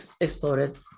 exploded